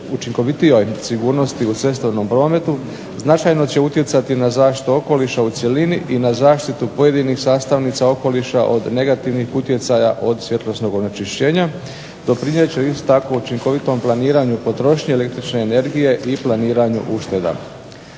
učinkovitijoj sigurnosti u cestovnom prometu, značajno će utjecati na zaštitu okoliša u cjelini i na zaštitu pojedinih sastavnica okoliša od negativnih utjecaja od svjetlosnog onečišćenja, doprinijet će isto tako učinkovitom planiranju potrošnje električne energije i planiranju ušteda.